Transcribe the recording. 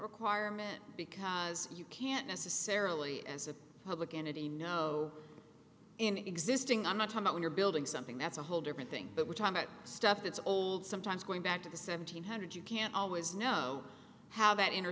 requirement because you can't necessarily as a public entity know in existing on the time when you're building something that's a whole different thing but we're talking about stuff that's old sometimes going back to the seven hundred you can't always know how that inter